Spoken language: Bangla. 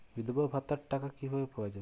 বিধবা ভাতার টাকা কিভাবে পাওয়া যাবে?